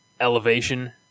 elevation